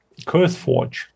Curseforge